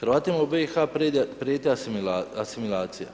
Hrvatima u BiH prijeti asimilacija,